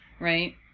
right